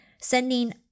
Sending